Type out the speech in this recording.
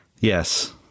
Yes